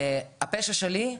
הפשע שלי הוא